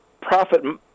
profit